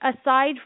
aside